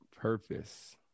purpose